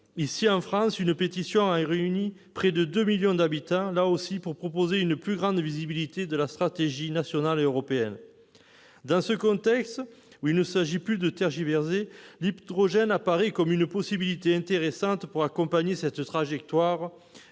Ici, en France, une pétition a réuni près de deux millions d'habitants, pour proposer une plus grande visibilité de la stratégie nationale et européenne. Dans ce contexte, où il ne s'agit plus de tergiverser, l'hydrogène apparaît comme une possibilité intéressante en vue d'accompagner cette trajectoire,